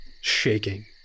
shaking